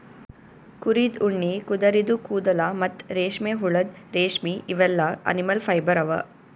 ಕುರಿದ್ ಉಣ್ಣಿ ಕುದರಿದು ಕೂದಲ ಮತ್ತ್ ರೇಷ್ಮೆಹುಳದ್ ರೇಶ್ಮಿ ಇವೆಲ್ಲಾ ಅನಿಮಲ್ ಫೈಬರ್ ಅವಾ